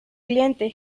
cliente